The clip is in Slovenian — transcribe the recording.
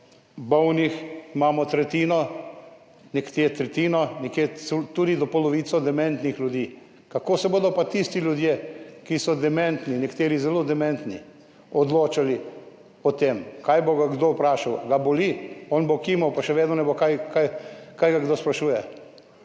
bolnih, imamo nekje tretjino, nekje tudi do polovico dementnih ljudi. Kako se bodo pa tisti ljudje, ki so dementni, nekateri zelo dementni, odločali o tem? Kaj bo ga kdo vprašal, če ga boli, on bo kimal, pa še vedno ne bo vedel, kaj ga kdo sprašuje?